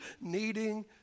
needing